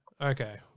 Okay